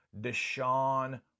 Deshaun